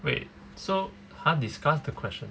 wait so 她 discuss the question